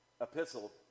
epistle